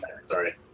sorry